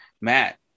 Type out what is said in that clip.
Matt